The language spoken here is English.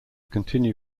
continue